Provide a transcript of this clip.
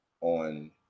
on